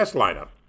lineup